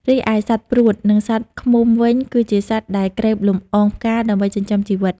រីឯសត្វព្រួត និងសត្វឃ្មុំវិញ គឺជាសត្វដែលក្រេបលំអងផ្កាដើម្បីចិញ្ចឹមជីវិត។